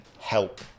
help